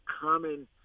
common